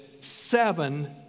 seven